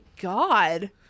God